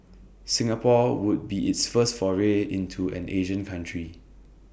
Singapore would be its first foray into an Asian country